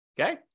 Okay